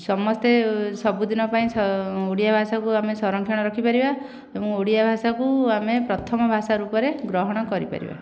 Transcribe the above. ସମସ୍ତେ ସବୁଦିନ ପାଇଁ ସ ଓଡ଼ିଆ ଭାଷାକୁ ଆମେ ସଂରକ୍ଷଣ ରଖିପାରିବା ଏବଂ ଓଡ଼ିଆ ଭାଷାକୁ ଆମେ ପ୍ରଥମ ଭାଷା ରୂପରେ ଗ୍ରହଣ କରିପାରିବା